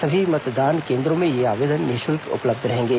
सभी मतदान केन्द्रों में ये आवेदन निःशुल्क उपलब्ध रहेंगे